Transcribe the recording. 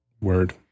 Word